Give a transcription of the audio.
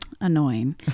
annoying